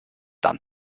dann